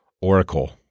oracle